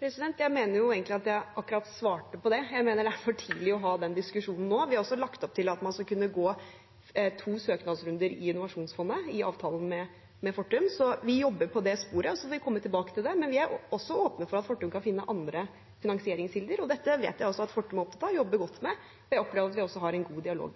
Jeg mener at jeg akkurat svarte på det. Jeg mener det er for tidlig å ha den diskusjonen nå. Vi har lagt opp til at man skal kunne gå to søknadsrunder i innovasjonsfondet i avtalen med Fortum. Vi jobber på det sporet, og så får vi komme tilbake til det. Men vi er også åpne for at Fortum kan finne andre finansieringskilder. Dette vet jeg at Fortum er opptatt av og jobber godt med. Jeg opplever at vi også har en god dialog